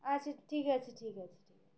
আচ্ছা ঠিক আছে ঠিক আছে ঠিক আছে